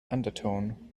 undertone